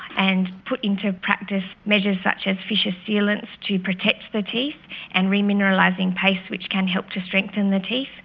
and put into practice measures such as fissure sealants to protect the teeth and re-mineralising paste which can help to strengthen the teeth.